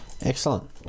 Excellent